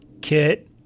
kit